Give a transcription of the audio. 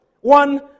One